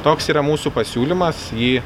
toks yra mūsų pasiūlymas jį